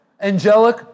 angelic